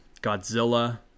Godzilla